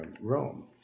Rome